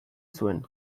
zuen